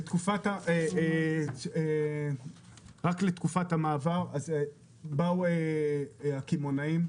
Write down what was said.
רק בתקופת המעבר באו הקמעונאים,